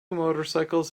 motorcycles